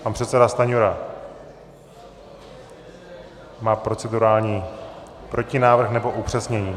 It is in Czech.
Pan předseda Stanjura má procedurální protinávrh nebo upřesnění.